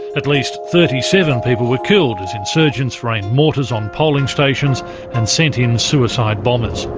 at least thirty seven people were killed as insurgents rained mortars on polling stations and sent in suicide bombers.